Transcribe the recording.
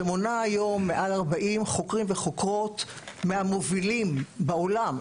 שמונה היום מעל 40 חוקרים וחוקרות מהמובילים בעולם,